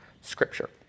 scripture